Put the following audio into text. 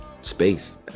space